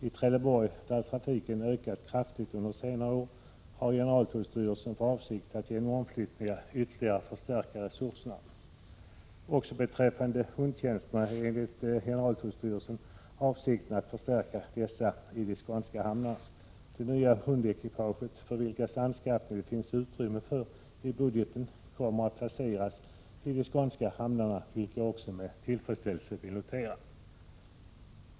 I Trelleborg — där trafiken ökat kraftigt under senare år — har generaltullstyrelsen för avsikt att genom omflyttningar ytterligare förstärka resurserna. Också hundtjänsterna är det GTS avsikt att förstärka i de skånska hamnarna. De nya hundekipage, vilkas anskaffning det finns utrymme för i budgeten, kommer att placeras i de skånska hamnarna, vilket jag med tillfredsställelse vill notera.